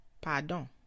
Pardon